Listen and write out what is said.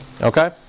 okay